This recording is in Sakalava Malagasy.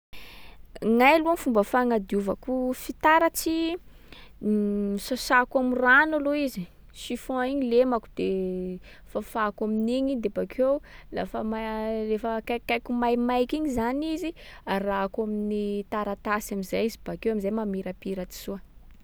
Gnahy aloha ny fomba fagnadiovako fitaratsy, sasako am'rano aloha izy e. Chiffon igny lemako de fafako amin’igny i. De bakeo, lafa mai- rehefa akaikikaiky maimaiky igny zany izy, arahako amin’ny taratasy am’zay izy bakeo am’zay mamirapiratsy soa.